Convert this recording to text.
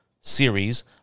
series